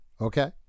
okay